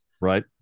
Right